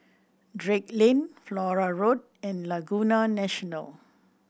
Drake Lane Flora Road and Laguna National